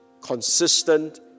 consistent